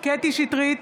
קטי קטרין שטרית,